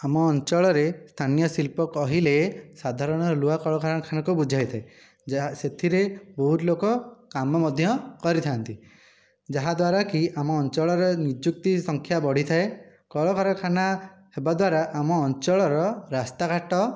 ଆମ ଅଞ୍ଚଳରେ ସ୍ଥାନୀୟ ଶିଳ୍ପ କହିଲେ ସାଧାରଣ ଲୁହା କଳକାରଖାନାକୁ ବୁଝାଇଥାଏ ଯାହା ସେଥିରେ ବହୁତ ଲୋକ କାମ ମଧ୍ୟ କରିଥାନ୍ତି ଯାହା ଦ୍ୱାରାକି ଆମ ଅଞ୍ଚଳର ନିଯୁକ୍ତି ସଂଖ୍ୟା ବଢ଼ିଥାଏ କଳକାରଖାନା ହେବା ଦ୍ୱାରା ଆମ ଅଞ୍ଚଳର ରାସ୍ତାଘାଟ